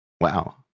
Wow